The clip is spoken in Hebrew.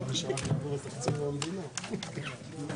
14:32.